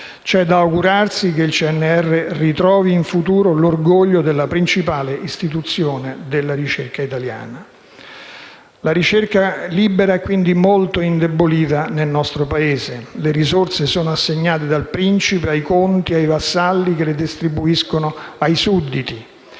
C'è da augurarsi che il CNR ritrovi in futuro l'orgoglio della principale istituzione della ricerca italiana. La ricerca libera, quindi, è molto indebolita nel nostro Paese. Le risorse sono assegnate dal principe ai conti e ai vassalli, che le distribuiscono ai sudditi.